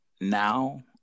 now